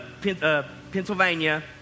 Pennsylvania